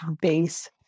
base